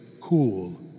cool